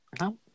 No